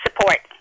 support